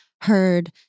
heard